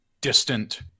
distant